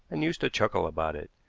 and used to chuckle about it,